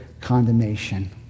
condemnation